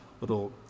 little